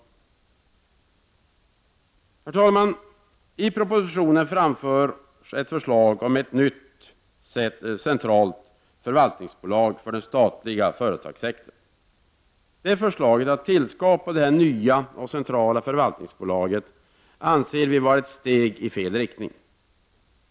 Herr talman! I propositionen framförs ett förslag om ett nytt centralt förvaltningsbolag för den statliga företagssektorn. Förslaget att tillskapa ett nytt och centralt förvaltningsbolag anser vi vara ett steg i fel riktning.